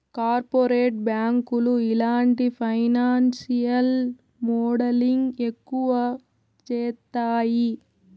corporate బ్యాంకులు ఇలాంటి financial modelling ఎక్కువ చేత్తాయి